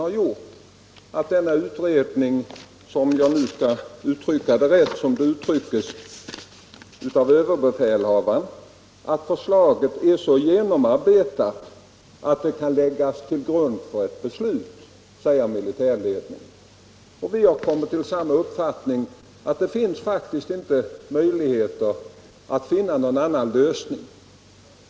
Förslaget är så grundligt genomarbetat, säger överbefälhavaren, att det kan läggas till grund för ett beslut. Jag har kommit till samma uppfattning att det faktiskt inte ges möjligheter att finna någon bättre lösning.